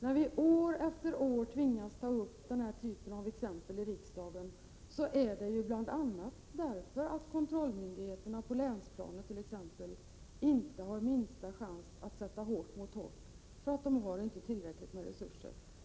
Att vi år efter år tvingas ta upp den här typen av exempel i riksdagen beror bl.a. på att kontrollmyndigheterna t.ex. på länsplanet inte har minsta chans att sätta hårt mot hårt därför att de inte har tillräckligt med resurser.